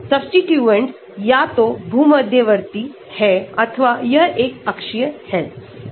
substituent या तो भूमध्यवर्ती है अथवा यह एक अक्षीयहै